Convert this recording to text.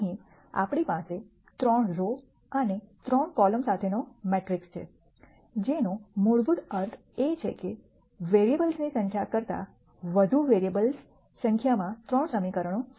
અહીં આપણી પાસે 3 રો અને 3 કોલમ સાથેનો મેટ્રિક્સ છે જેનો મૂળભૂત અર્થ એ છે કે વેરીએબલ્સની સંખ્યા કરતા વધુ 2 વેરીએબલ સંખ્યામાં 3 સમીકરણો છે